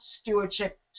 stewardship